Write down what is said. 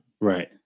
Right